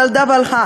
ועל דא ועל הא,